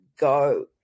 go